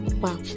wow